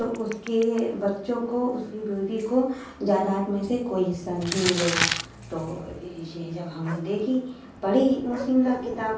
تو اس کے بچوں کو اس کی بیوی کو جائداد میں سے کوئی حصہ نہیں ملے گا تو یہ جب ہم نے دیکھی پڑھی مسلم لا کتاب